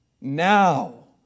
now